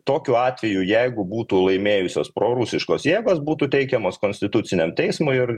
tokiu atveju jeigu būtų laimėjusios prorusiškos jėgos būtų teikiamos konstituciniam teismui ir